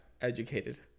educated